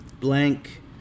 blank